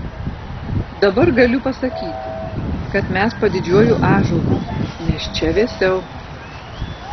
dabar galiu pasakyti kad mes po didžiuoju ąžuolu nes čia vėsiau